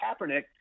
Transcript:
Kaepernick